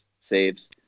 saves